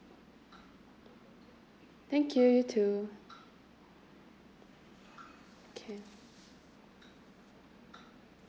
thank you you too okay